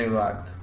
धन्यवाद